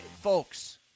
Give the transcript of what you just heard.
folks